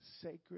sacred